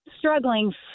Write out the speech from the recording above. struggling